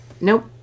Nope